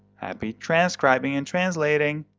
happy transcribing and translating!